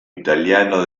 italiano